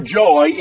joy